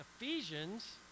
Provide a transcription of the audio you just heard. Ephesians